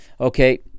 Okay